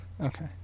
okay